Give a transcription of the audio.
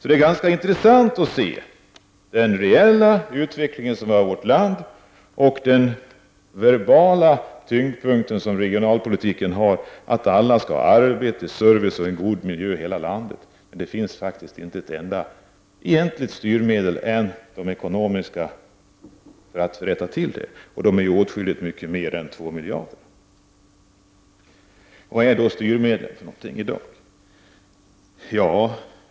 Det är ganska intressant att ställa den reella utveckling som sker i vårt land mot den verbala tyngdpunkt som regionalpolitiken har, att alla skall ha arbete, service och en god miljö, oberoende av var de bor i landet. Det finns egentligen inte ett enda styrmedel annat än ekonomiska sådana för att rätta till det som är galet, och då krävs åtskilligt mer än två miljarder. Vilka är då styrmedlen i dag?